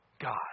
God